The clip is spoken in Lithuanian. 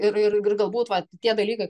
ir ir ir galbūt vat tie dalykai